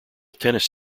tennis